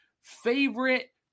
favorite